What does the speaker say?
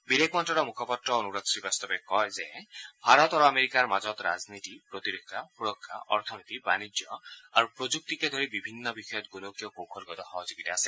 বিদেশ মন্ত্ৰালয়ৰ মুখপাত্ৰ অনুৰাগ শ্ৰীবাস্তৱে কয় যে ভাৰত আৰু আমেৰিকাৰ মাজত ৰাজনীতি প্ৰতিৰক্ষা সুৰক্ষা অৰ্তনীতি বাণিজ্য প্ৰযুক্তিকে ধৰি বিভিন্ন বিষয়ত গোলকীয় কৌশলগত সহযোগিতা আছে